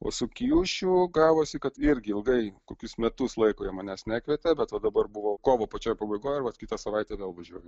o su kijušiu gavosi kad irgi ilgai kokius metus laiko jie manęs nekvietė bet vat dabar buvau kovo pačioj pabaigoj ir vat kitą savaitę vėl važiuoju